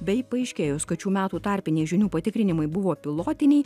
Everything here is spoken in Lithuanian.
bei paaiškėjus kad šių metų tarpiniai žinių patikrinimai buvo pilotiniai